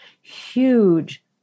huge